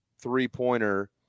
three-pointer